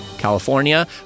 California